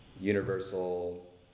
universal